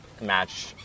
match